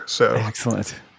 Excellent